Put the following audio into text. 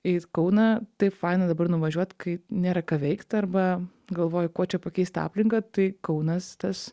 į kauną tai faina dabar nuvažiuot kai nėra ką veikt arba galvoji kuo čia pakeisti aplinką tai kaunas tas